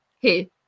hey